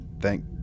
thank